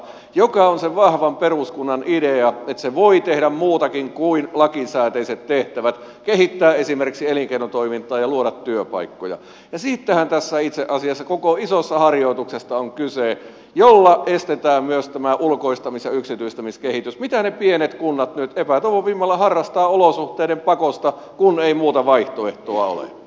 se on se vahvan peruskunnan idea että se voi tehdä muutakin kuin lakisääteiset tehtävät kehittää esimerkiksi elinkeinotoimintaa ja luoda työpaikkoja ja siitähän tässä itse asiassa on kyse koko isossa harjoituksessa jolla estetään myös tämä ulkoistamis ja yksityistämiskehitys mitä ne pienet kunnat nyt epätoivon vimmalla harrastavat olosuhteiden pakosta kun ei muuta vaihtoehtoa ole